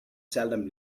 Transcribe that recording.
seldom